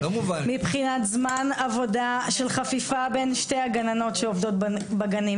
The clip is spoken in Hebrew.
מבחינת זמן עבודה של חפיפה בין שתי הגננות שעובדות בגנים.